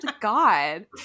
God